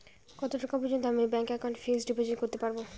কত টাকা পর্যন্ত আমি ব্যাংক এ ফিক্সড ডিপোজিট করতে পারবো?